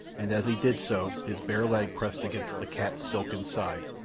and as he did so his bare leg pressed against the cat's silken side,